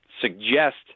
suggest